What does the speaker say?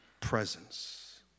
presence